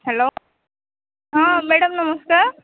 hello ହଁ madam ନମସ୍କାର